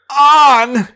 on